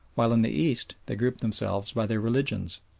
while in the east they group themselves by their religions.